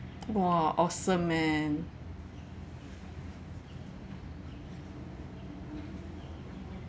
!wah! awesome man